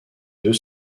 deux